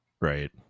Right